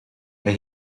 hij